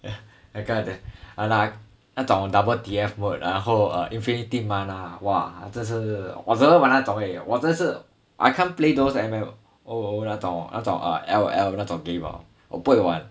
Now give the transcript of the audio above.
那个 !hanna! 那种 W_T_F mode 然后 infinity mana ah !wah! 这是我只是玩那种而已我真的是 I can't play those M_M_O 那种那种 err L_O_L 那种 game lor 我不会玩